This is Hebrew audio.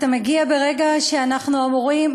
אתה מגיע ברגע שאנחנו אמורים,